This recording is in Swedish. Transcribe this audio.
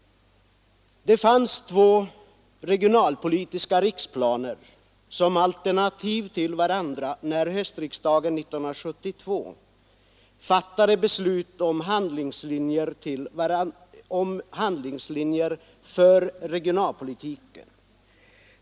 Det fanns två regionalpolitiska riksplaner som alternativ till varandra när höstriksdagen 1972 fattade beslut om handlingslinjer för regionalpolitiken.